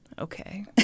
Okay